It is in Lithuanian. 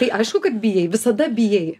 tai aišku kad bijai visada bijai